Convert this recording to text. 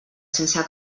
sense